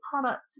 product